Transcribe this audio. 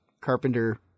carpenter